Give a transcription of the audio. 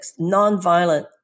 Nonviolent